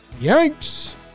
yanks